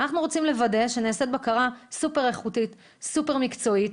אנחנו רוצים לוודא שנעשית בקרה סופר איכותית וסופר מקצועית,